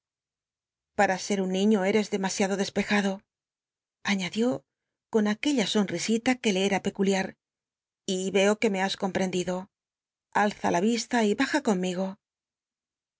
pam ser nn niiío eres drmasiado despejado aiíadió con aquella sonrisita c ur le cra peculiar y veo que me has comprendido alza la vista y baja conmi